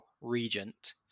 Regent